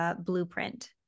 blueprint